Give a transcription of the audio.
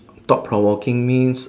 thought provoking means